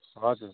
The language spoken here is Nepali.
हजुर